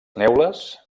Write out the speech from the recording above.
neules